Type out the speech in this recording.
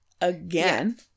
again